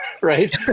right